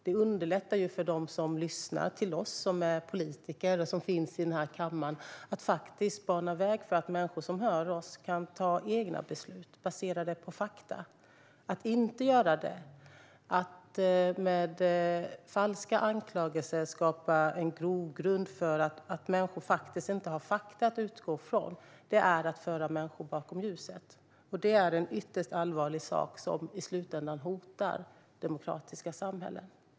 Det underlättar för dem som lyssnar till oss som är politiker och som finns i denna kammare, och det banar väg för att människor som hör oss kan fatta egna beslut som är baserade på fakta. Att inte göra det - att med falska anklagelser skapa en grogrund för att människor inte har fakta att utgå från - är att föra människor bakom ljuset. Det är en ytterst allvarlig sak som i slutändan hotar demokratiska samhällen.